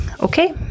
Okay